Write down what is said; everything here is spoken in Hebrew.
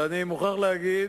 אני מוכרח להגיד